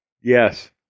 Yes